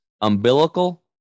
umbilical